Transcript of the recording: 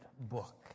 book